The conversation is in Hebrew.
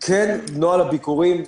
כן הכנסנו את נוהל הביקורים.